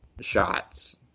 shots